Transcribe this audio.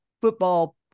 football